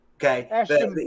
Okay